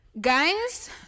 Guys